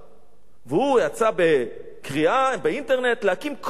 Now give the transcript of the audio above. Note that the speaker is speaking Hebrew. והוא יצא בקריאה באינטרנט להקים כולל בהר-הבית,